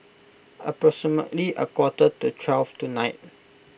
approximately a quarter to twelve tonight